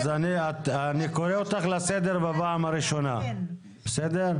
אני קורא אותך לסדר בפעם הראשונה, בסדר?